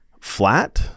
flat